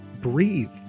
breathe